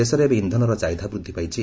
ଦେଶରେ ଏବେ ଇନ୍ଧନର ଚାହିଦା ବୃଦ୍ଧି ପାଇଛି